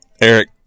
Eric